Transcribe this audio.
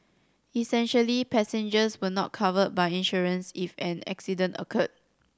essentially passengers were not covered by insurance if an accident occurred